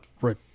Right